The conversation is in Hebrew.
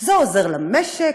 זה עוזר למשק,